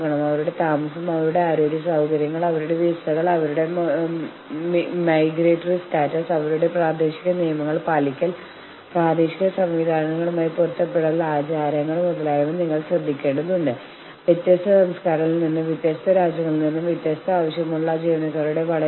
ഒരു നീണ്ട പണിമുടക്ക് തങ്ങളുടെ ശമ്പളമില്ലാതെ അതിജീവിക്കേണ്ടിവരുന്ന യൂണിയൻ അംഗങ്ങളേക്കാൾ വളരെ മികച്ച രീതിയിൽ നേരിടാൻ സാധിക്കും എന്ന് യൂണിയനെ ബോധ്യപ്പെടുത്താൻ ശ്രമിക്കുമ്പോൾ ഡിസ്ട്രിബൂട്ടീവ് ബാർഗ്ഗയിനിങ് ഉപയോഗിക്കാൻ മാനേജ്മെന്റ് പ്രവണത കാണിക്കുന്നു